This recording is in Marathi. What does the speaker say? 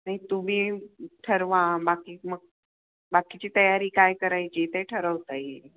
नाही तुम्ही ठरवा बाकी मग बाकीची तयारी काय करायची ते ठरवता येईल